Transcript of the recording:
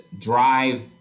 Drive